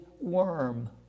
worm